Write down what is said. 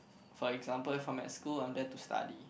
for example if I'm at school I'm there to study